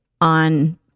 on